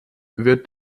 wird